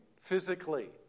physically